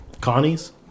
Connie's